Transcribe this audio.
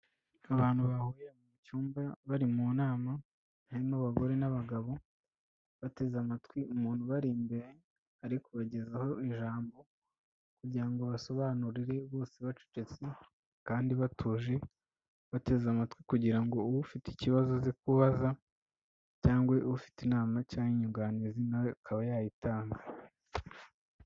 Abantu bahuriye mu cyumba bari mu nama, harimo abagore n'abagabo, bateze amatwi umuntu uba imbere, ari kubagezaho ijambo kugira ngo abasobanurire bose bacecetse kandi batuje, bateze amatwi kugira ngo ufite ikibazo aze kubaza cyangwa ufite inama cyangwa inyunganizi na we akaba yayitanga.